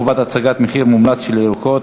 חובת הצגת מחיר מומלץ של ירקות),